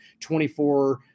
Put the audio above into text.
24